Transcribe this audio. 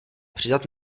přidat